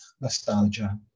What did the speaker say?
nostalgia